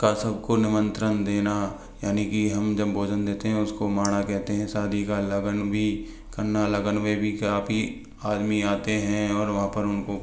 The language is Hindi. का सब को निमंत्रण देना यानी कि हम जब भोजन देते हैं उस को माणा कहते हैं शादी का लग्न भी करना लग्न में भी काफ़ी आदमी आते हैं और वहाँ पर उन को